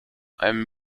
einem